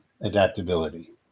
adaptability